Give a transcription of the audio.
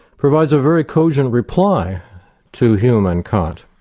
provides a very cogent reply to hume and kant.